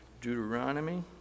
Deuteronomy